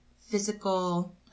physical